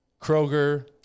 Kroger